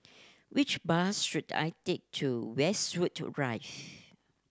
which bus should I take to Westwood Drive